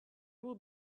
will